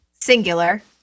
singular